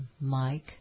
Mike